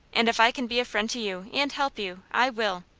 and if i can be a friend to you, and help you, i will.